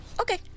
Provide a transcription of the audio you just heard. Okay